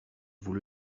vous